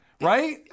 right